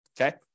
Okay